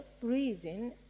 breathing